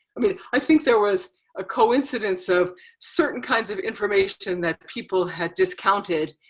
i mean i think there was a coincidence of certain kinds of information that people had discounted.